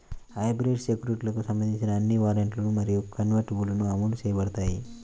hybrid సెక్యూరిటీలకు సంబంధించిన అన్ని వారెంట్లు మరియు కన్వర్టిబుల్లు అమలు చేయబడతాయి